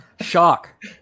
shock